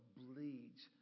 bleeds